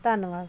ਧੰਨਵਾਦ